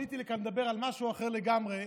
עליתי לכאן לדבר על משהו אחר לגמרי.